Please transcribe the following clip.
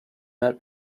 met